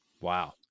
Wow